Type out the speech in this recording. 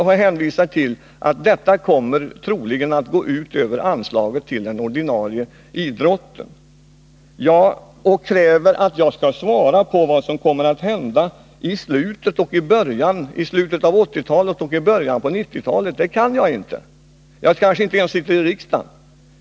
Ni hänvisar till att detta troligen kommer att gå ut över anslagen till den ordinarie idrotten och kräver att jag skall svara på vad som kommer att hända i slutet av 1980-talet och början av 1990-talet. Det kan jag inte — jag kanske inte ens sitter i riksdagen då.